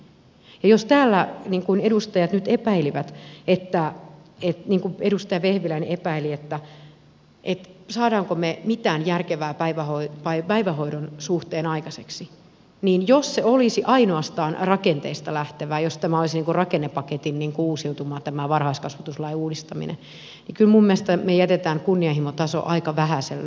ja jos täällä niin kuin edustajat nyt epäilivät niin kuin edustaja vehviläinen epäili että saammeko me mitään järkevää päivähoidon suhteen aikaiseksi niin jos se olisi ainoastaan rakenteista lähtevää jos tämä varhaiskasvatuslain uudistaminen olisi rakennepaketin uusiutuma niin kyllä minun mielestäni me jätämme kunnianhimon tason aika vähäiselle